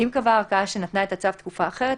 ואם קבעה הערכאה שנתנה את הצו תקופה אחרת,